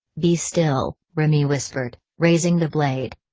be still, remy whispered, raising the blade.